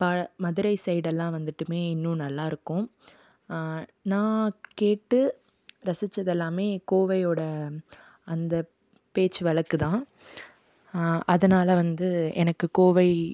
மதுரை சைடெல்லாம் வந்துட்டு இன்னும் நல்லாயிருக்கும் நான் கேட்டு ரசித்ததெல்லாமே கோவையோட அந்த பேச்சு வழக்கு தான் அதனால் வந்து எனக்கு கோவை